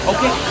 Okay